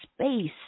space